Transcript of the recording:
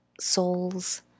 souls